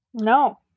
No